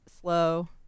slow